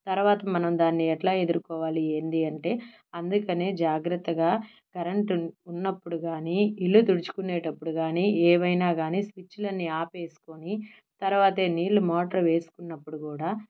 తర్వాత మనం దాన్ని ఎట్లా ఎదురుకోవాలి ఏంది అంటే అందుకనే జాగ్రత్తగా కరెంటు ఉ ఉన్నప్పుడు కాని ఇల్లు తుడుచుకునేటప్పుడు కాని ఏవైనా కాని స్విచ్లన్నీ ఆపేసుకొని తర్వాతే నీళ్ళు మోటరు వేసుకున్నప్పుడు కూడా